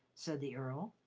said the earl.